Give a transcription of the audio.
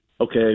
okay